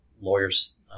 lawyers